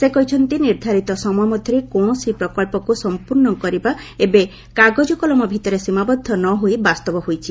ସେ କହିଛନ୍ତି ନିର୍ଦ୍ଧାରିତ ସମୟ ମଧ୍ୟରେ କୌଣସି ପ୍ରକଳ୍ପକୁ ସମ୍ପୂର୍ଣ୍ଣ କରିବା ଏବେ କାଗଜ କଲମ ଭିତରେ ସୀମାବଦ୍ଧ ନ ହୋଇ ବାସ୍ତବ ହୋଇଛି